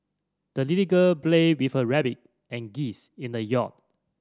the little girl played with her rabbit and geese in the yard